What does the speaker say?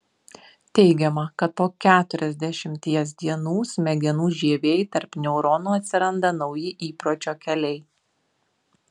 teigiama kad po keturiasdešimties dienų smegenų žievėj tarp neuronų atsiranda nauji įpročio keliai